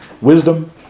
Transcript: wisdom